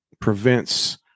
prevents